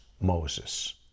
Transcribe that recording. Moses